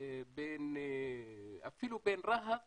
קיים אפילו בין רהט